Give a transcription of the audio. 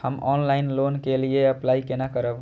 हम online loan के लिए अप्लाई केना करब?